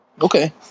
Okay